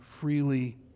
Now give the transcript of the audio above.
freely